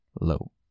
Low